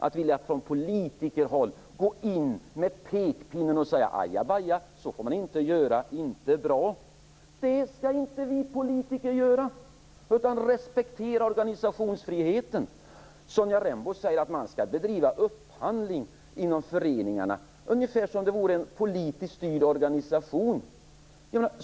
Hon vill att man från politikerhåll skall gå in med pekpinnen och säga: Aja, baja, så får man inte göra - inte bra! Sådant skall inte vi politiker göra utan respektera organisationsfriheten. Sonja Rembo säger att man skall bedriva upphandling inom föreningarna, ungefär som om det vore fråga om en politiskt styrd organisation.